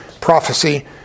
prophecy